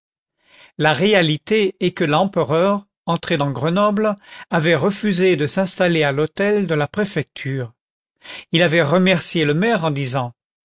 la réalité est que l'empereur entré dans grenoble avait refusé de s'installer à l'hôtel de la préfecture il avait remercié le maire en disant